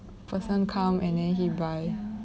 person come and then he buy